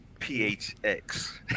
PHX